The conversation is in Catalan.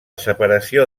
separació